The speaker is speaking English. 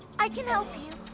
i can help you.